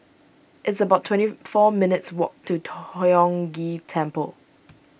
it's about twenty four minutes' walk to Tiong Ghee Temple